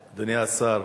(חבר הכנסת טלב אלסאנע יוצא מאולם המליאה.) אדוני השר,